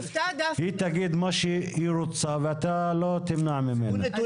היא תגיד מה שהיא רוצה ואתה לא תמנע ממנה.